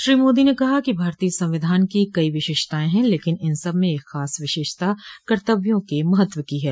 श्री मोदी ने कहा कि भारतीय संविधान की कई विशेषताएं हैं लेकिन इन सब में एक खास विशेषता कर्तव्यों के महत्व की है